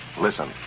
Listen